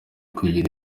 kwigirira